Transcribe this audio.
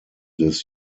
des